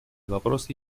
вопросы